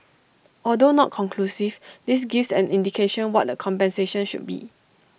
although not conclusive this gives an indication what the compensation should be